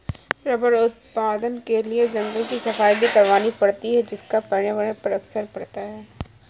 rubber उत्पादन के लिए जंगल की सफाई भी करवानी पड़ती है जिसका पर्यावरण पर असर पड़ता है